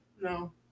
No